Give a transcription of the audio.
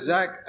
Zach